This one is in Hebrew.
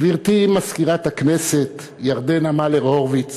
גברתי מזכירת הכנסת ירדנה מלר-הורוביץ,